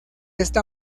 esta